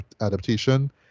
adaptation